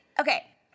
Okay